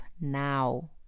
now